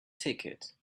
ticket